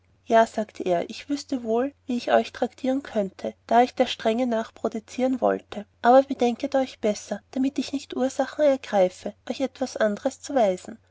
ja sagte er ich wüßte wohl wie ich euch traktieren könnte da ich der strenge nach prozedieren wollte aber bedenket euch besser damit ich nicht ursachen ergreife euch etwas anders zu weisen